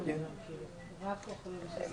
אז אמרתי: זה בין 5% ל-10%.